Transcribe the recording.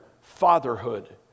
fatherhood